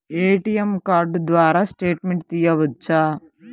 ATM card ద్వారా statement తీయవచ్చా?